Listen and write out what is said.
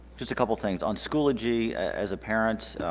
just a couple things on schoology as a parent